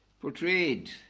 portrayed